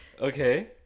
okay